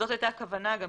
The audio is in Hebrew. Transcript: עוד תוספת.